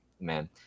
man